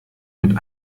mit